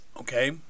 Okay